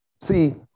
See